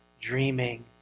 dreaming